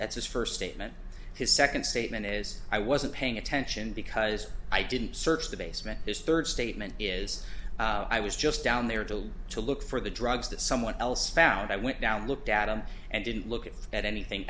that's his first statement his second statement is i wasn't paying attention because i didn't search the basement his third statement is i was just down there to look to look for the drugs that someone else found i went down looked at him and didn't look at anything